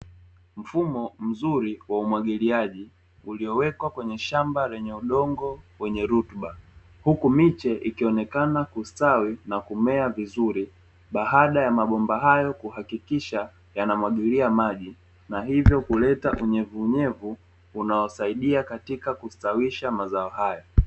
Mfumo mzuri wenye umwagiliaji huku mabomba yanamwagilia maji